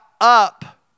up